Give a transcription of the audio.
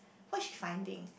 what she finding